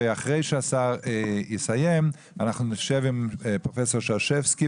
ואחרי שהשר יסיים אנחנו נשב עם פרופ' שרשבסקי,